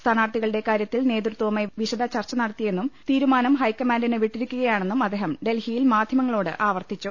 സ്ഥാനാർത്ഥികളുടെ കാര്യത്തിൽ നേതൃത്വവുമായി വിശദ ചർച്ച നടത്തിയെന്നും ത്രീരുമാനം ഹൈക്കമാന്റിന് വിട്ടിരിക്കുകയാണെന്നും അദ്ദേഹം ഡൽഹിയിൽ മാധ്യമങ്ങളോട് ആവർത്തിച്ചു